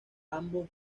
ambos